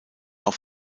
auf